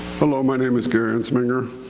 hello, my name is gary amsminger.